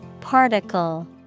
Particle